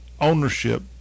ownership